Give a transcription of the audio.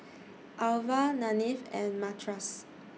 Alvah Nanette and Mathias